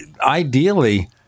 ideally